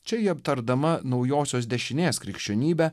čia ji aptardama naujosios dešinės krikščionybė